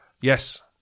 Yes